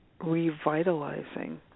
revitalizing